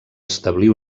establir